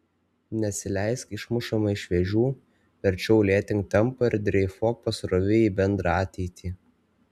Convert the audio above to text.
nesileisk išmušama iš vėžių verčiau lėtink tempą ir dreifuok pasroviui į bendrą ateitį